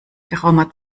geraumer